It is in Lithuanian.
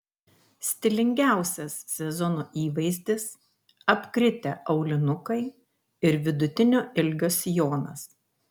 stilingiausias sezono įvaizdis apkritę aulinukai ir vidutinio ilgio sijonas